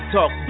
Talk